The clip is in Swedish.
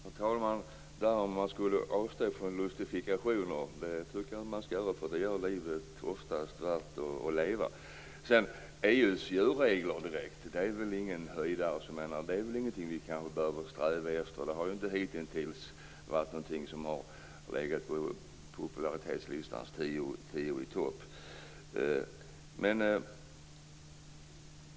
Herr talman! Jag tycker inte att man skall avstå från lustifikationer. De gör ofta livet värt att leva. EU:s djurregler är väl inga höjdare. Det är väl ingenting vi behöver sträva efter. De har inte hittills legat på popularitetslistans tio i topp.